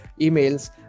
emails